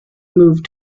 moved